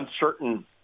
uncertain